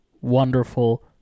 wonderful